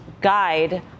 guide